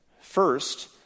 First